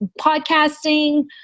podcasting